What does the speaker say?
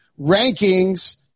rankings